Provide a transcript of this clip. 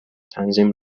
تنظیم